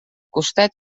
costat